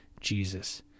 Jesus